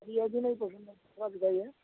अब ये भी नहीं पसंद है दूसरा दिखाइए